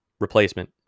Replacement